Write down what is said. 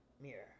mirror